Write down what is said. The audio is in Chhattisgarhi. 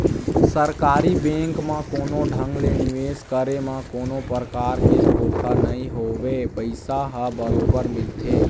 सरकारी बेंक म कोनो ढंग ले निवेश करे म कोनो परकार के धोखा नइ होवय पइसा ह बरोबर मिलथे